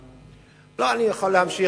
לא, אני יכול להמשיך.